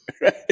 right